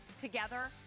Together